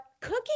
cooking